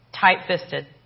tight-fisted